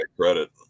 credit